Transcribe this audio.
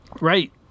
right